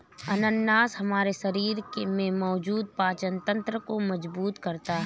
अनानास हमारे शरीर में मौजूद पाचन तंत्र को मजबूत करता है